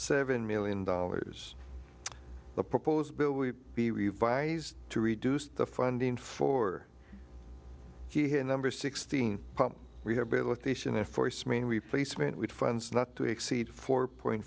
seven million dollars the proposed bill will be revised to reduce the funding for he and number sixteen rehabilitation air force mainly placement with funds not to exceed four point